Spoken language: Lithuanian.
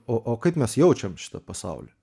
o o kaip mes jaučiam šitą pasaulį